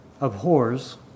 abhors